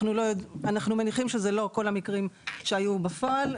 אנחנו מניחים שזה לא כל המקרים שהיו בפועל,